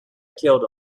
killed